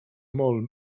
mol